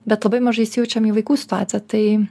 bet labai mažai įsijaučiam į vaikų situaciją tai